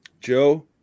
Joe